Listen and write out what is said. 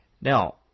Now –